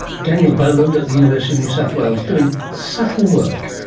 daniel boland at the university of new south wales, doing subtle work,